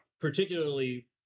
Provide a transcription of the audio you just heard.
particularly